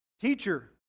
Teacher